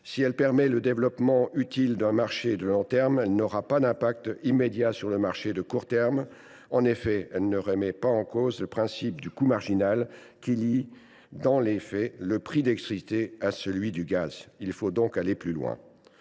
Si elle permet le développement utile d’un marché de long terme, elle n’aura pas d’impact immédiat sur le marché de court terme ; en effet, elle ne remet pas en cause le principe du coût marginal, qui lie dans les faits le prix de l’électricité à celui du gaz. Il faut donc aller plus loin.